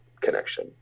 connection